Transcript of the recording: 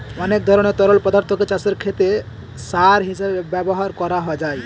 অনেক ধরনের তরল পদার্থকে চাষের ক্ষেতে সার হিসেবে ব্যবহার করা যায়